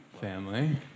Family